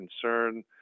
concern